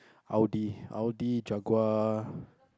Audi Audi Jaguar